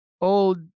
old